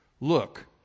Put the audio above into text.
Look